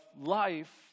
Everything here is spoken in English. life